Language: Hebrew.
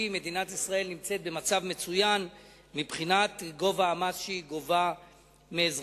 מדינת ישראל נמצאת במצב מצוין מבחינת גובה המס שהיא גובה מאזרחיה,